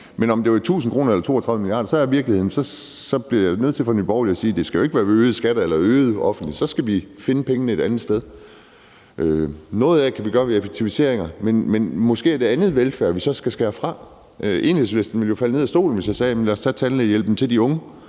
om det er 1.000 kr. eller 32 mia. kr., bliver jeg nødt til at sige som ordfører for Nye Borgerlige, at det jo ikke skal finansieres via øgede skatter eller øgede offentlige udgifter. Så skal vi finde pengene et andet sted. Noget af det kan vi gøre via effektiviseringer, men måske er der så noget andet velfærd, vi skal skære fra. Enhedslisten ville jo falde ned af stolen, hvis jeg sagde: Lad os fjerne tandlægehjælpen til de unge.